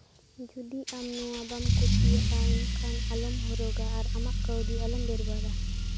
ᱡᱩᱫᱤ ᱟᱢ ᱱᱚᱣᱟ ᱵᱟᱢ ᱠᱩᱥᱤᱭᱟᱜᱼᱟ ᱮᱱᱠᱷᱟᱱ ᱟᱞᱚᱢ ᱦᱚᱨᱚᱜᱟ ᱟᱨ ᱟᱢᱟᱜ ᱠᱟᱹᱣᱰᱤ ᱟᱞᱚᱢ ᱵᱮᱨᱵᱟᱫᱟ